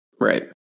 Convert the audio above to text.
Right